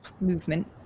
movement